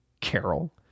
Carol